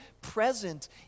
present